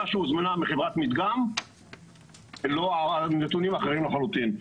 שהוזמנה מחברת מדגם התקבלו נתונים אחרים לחלוטין.